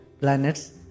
planets